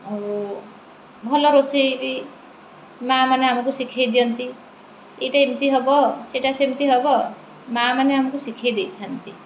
ଭଲ ରୋଷେଇ ବି ମା ମାନେ ଆମକୁ ଶିଖାଇ ଦିଅନ୍ତି ଏଇଟା ଏମିତି ହେବ ସେଇଟା ସେମିତି ହେବ ମା ମାନେ ଆମକୁ ଶିଖାଇ ଦେଇଥାନ୍ତି